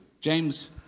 James